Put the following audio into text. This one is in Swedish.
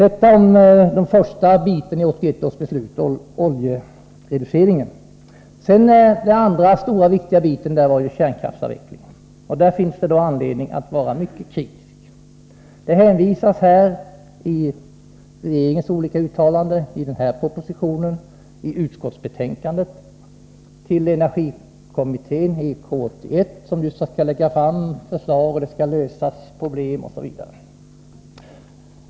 Detta om den första biten i 1981 års beslut — om oljereduceringen. Den andra stora och viktiga biten gällde ju kärnkraftsavvecklingen. Det finns i det sammanhanget anledning att vara mycket kritisk. Det hänvisas i regeringens olika uttalanden i denna proposition och i utskottsbetänkandet till energikommittén, EK 81. Den skulle ju lägga fram förslag, problem skulle lösas, osv.